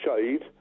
shade